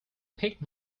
pick